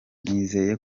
nizeye